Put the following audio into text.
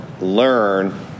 learn